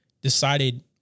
decided